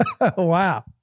Wow